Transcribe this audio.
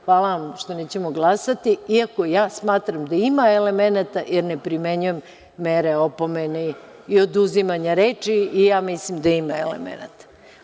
Hvala vam što nećemo glasati iako ja smatram da ima elemenata, jer ne primenjujem mere opomene i oduzimanja reči i ja mislim da ima elemenata.